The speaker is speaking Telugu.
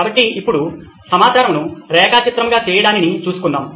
కాబట్టి ఇప్పుడు సమాచారంను రేఖా చిత్రంగా చేయడానిని చూసుకుందాం